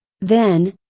then,